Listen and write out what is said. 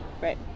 Right